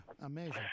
Amazing